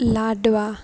લાડવા